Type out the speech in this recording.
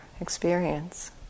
experience